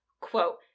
quote